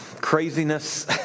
craziness